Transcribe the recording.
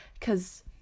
Cause